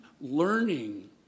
learning